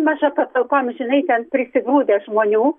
maža patalpa amžinai ten prisigrūdę žmonių